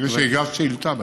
אני מבין שהגשת שאילתה בנושא.